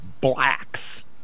blacks